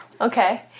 Okay